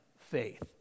faith